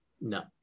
No